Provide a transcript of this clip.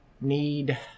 need